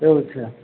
એવું છે